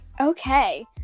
okay